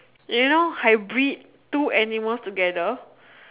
you know hybrid two animals together